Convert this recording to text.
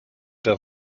der